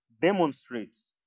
demonstrates